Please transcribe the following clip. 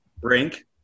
brink